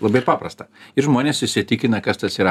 labai paprasta ir žmonės įsitikina kas tas yra